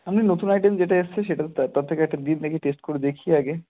আপনি নতুন আইটেম যেটা এসেছে সেটার তার থেকে একটা দিন দেখি টেস্ট করে দেখি আগে